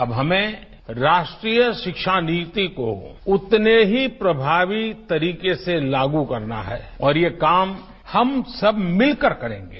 अब हमें राष्ट्रीय शिक्षा नीति को उतने ही प्रभावी तरीके से लागू करना है और ये काम हम सब मिलकर करेंगे